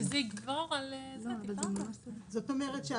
זאת אומרת,